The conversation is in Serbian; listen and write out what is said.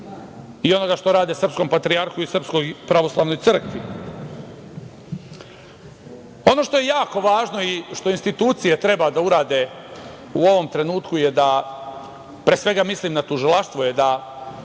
onoga što rade srpskom patrijarhu i SPC.Ono što je jako važno i što institucije treba da urade u ovom trenutku je da, pre svega mislim na tužilaštvo, dobro